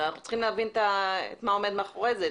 אנחנו צריכים להבין מה עומד מאחורי זה,